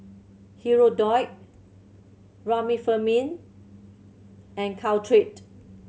Hirudoid Remifemin and Caltrate